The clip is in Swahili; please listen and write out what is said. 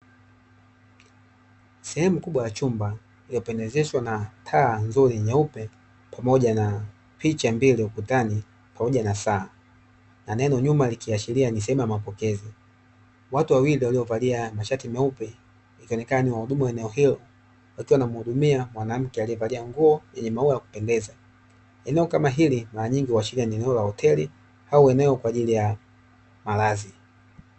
Sehemu kubwa ya chumba iliyopendezeshwa na taa nzuri nyeupe; pamoja na picha mbili ukutani, pamoja na saa na neno nyuma, likiashiria ni sehemu ya mapokezi. Watu wawili waliovalia mashati meupe, ikionekana ni wahudumu wa eneo hilo wakiwa wanamhudumia mwanamke aliyevalia nguo yenye maua ya kupendeza, eneo kama hili mara nyingi huashiria ni eneo la hoteli au eneo kwa ajili ya malazi.